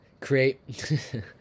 create